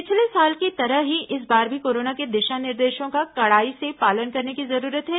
पिछले साल की तरह ही इस बार भी कोरोना के दिशा निर्देशों का कड़ाई से पालन करने की जरूरत है